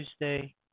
Tuesday